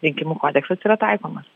rinkimų kodeksas yra taikomas